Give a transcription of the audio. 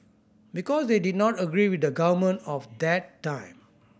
because they did not agree with the government of that time